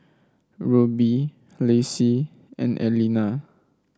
Ruby Lacie and Aleena